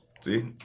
See